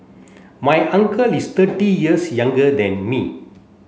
my uncle is thirty years younger than me